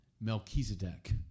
Melchizedek